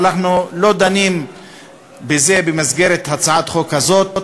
אבל אנחנו לא דנים בזה במסגרת הצעת החוק הזאת,